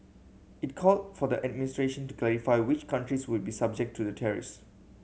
it called for the administration to clarify which countries would be subject to the tariffs